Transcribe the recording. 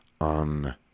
on